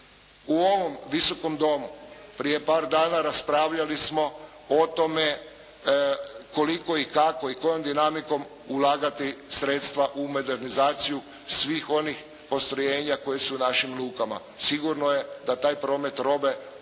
U ovom Visokom domu prije par dana raspravljali smo o tome koliko i kako i kojom dinamikom ulagati sredstva u modernizaciju svih onih postrojenja koja su u našim lukama. Sigurno je da taj promet robe u luke